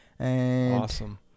Awesome